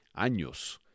años